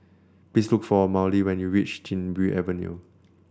please look for Maudie when you reach Chin Bee Avenue